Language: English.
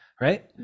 right